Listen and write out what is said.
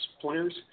players